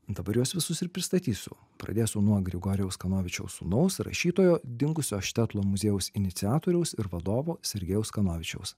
dabar juos visus ir pristatysiu pradėsiu nuo grigorijaus kanovičiaus sūnaus rašytojo dingusio štetlo muziejaus iniciatoriaus ir vadovo sergejaus kanovičiaus